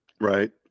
right